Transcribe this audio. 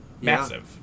Massive